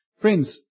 Friends